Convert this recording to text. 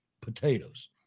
Potatoes